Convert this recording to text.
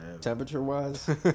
temperature-wise